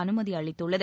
அனுமதி அளித்துள்ளது